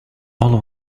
all